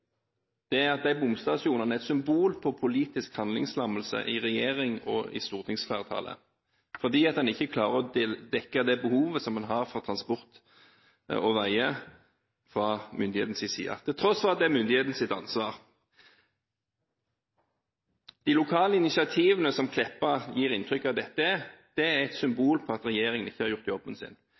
i seg selv. De bomstasjonene er et symbol på politisk handlingslammelse i regjering og i stortingsflertallet, fordi en ikke klarer å dekke det behovet som en har for transport og veier fra myndighetenes side, til tross for at det er myndighetenes ansvar. De lokale initiativene, som statsråd Meltveit Kleppa gir inntrykk av at dette er, er et symbol på at regjeringen ikke har gjort jobben sin.